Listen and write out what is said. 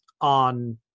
on